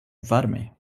varme